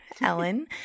Ellen